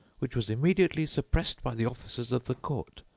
which was immediately suppressed by the officers of the court,